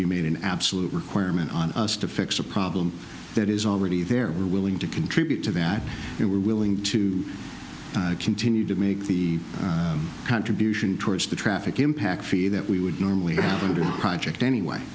be made an absolute requirement on us to fix a problem that is already there were willing to contribute to that we were willing to continue to make the contribution towards the traffic impact fee that we would normally happen to project anyway